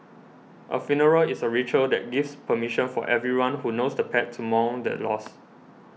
a funeral is a ritual that gives permission for everyone who knows the pet to mourn the loss